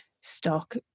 stock